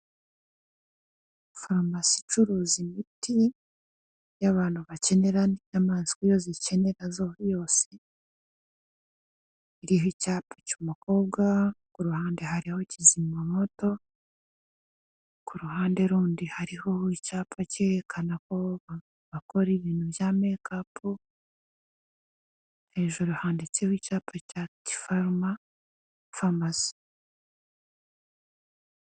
Farumasi icuruza imiti y'abantu bakenera n'inyamaswa iyo zikeneye yose iriho icyapa cy'umukobwa, ku ruhande hariho kizimyamoto, ku ruhande rundi hariho icyapa cyerekana ko bakora ibintu bya mekapu, hejuru handitseho icyapa cya kipharma.